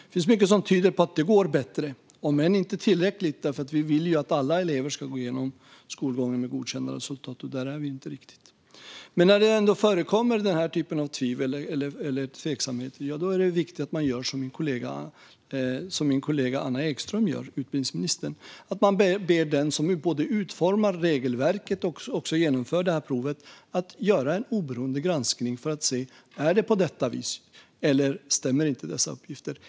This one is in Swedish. Det finns mycket som tyder på att det går bättre, om än inte tillräckligt bra - vi vill ju att alla elever ska gå igenom skolan med godkända resultat, och där är vi inte riktigt. Men när den här typen av tvivel eller tveksamheter ändå förekommer är det viktigt att man gör som min kollega utbildningsminister Anna Ekström gör, nämligen ber den som utformar regelverket och genomför provet att göra en oberoende granskning för att se om det är på detta vis eller om uppgifterna inte stämmer.